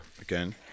again